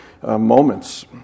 moments